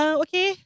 okay